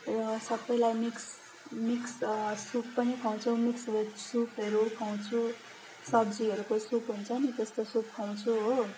र सबैलाई mix mix soup पनि खुवाउँछु मिक्स भेज सुपहरू खुवाउँछु सब्जीहरूको सुप हुन्छ नि त्यस्तो सुप खुवाउँछु हो